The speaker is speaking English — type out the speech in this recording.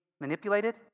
manipulated